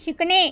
शिकणे